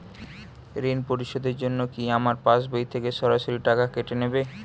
ঋণ পরিশোধের জন্য কি আমার পাশবই থেকে সরাসরি টাকা কেটে নেবে?